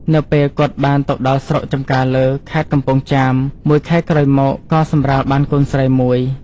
នៅពេលគាត់បានទៅដល់ស្រុកចម្ការលើ ខេត្តកំពង់ចាម មួយខែក្រោយមកក៏សម្រាលបានកូនស្រីមួយ។